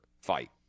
fight